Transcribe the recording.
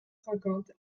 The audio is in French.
cinquante